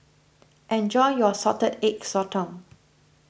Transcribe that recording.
enjoy your Salted Egg Sotong